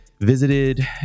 Visited